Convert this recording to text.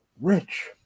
rich